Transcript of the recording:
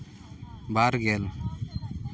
ᱵᱟᱨ ᱜᱮᱞ